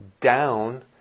down